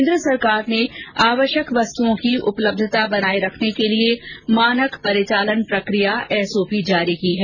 केन्द्र सरकार ने आवश्यक वस्तुओं की उपलब्यता बनाए रखने के लिए मानक परिचालन प्रक्रिया एसओपी जारी की हैं